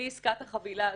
בלי עסקת החבילה הזאת,